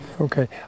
okay